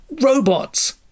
Robots